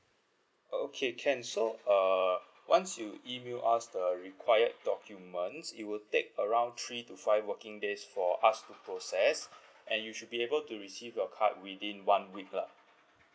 okay can so uh once you email us the required documents it will take around three to five working days for us to process and you should be able to receive your card within one week lah